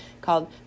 called